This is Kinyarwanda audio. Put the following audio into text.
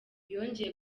yongeye